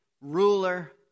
ruler